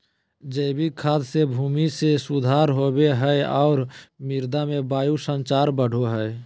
जैविक खाद से भूमि में सुधार होवो हइ और मृदा में वायु संचार बढ़ो हइ